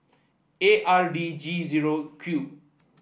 A R D G zero Q